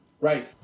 Right